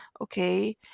okay